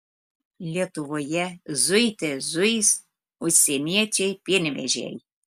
lietuvoje zuite zuis užsieniečiai pienvežiai